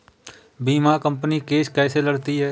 बीमा company case कैसे लड़ती है?